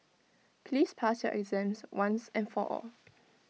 please pass your exams once and for all